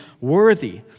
worthy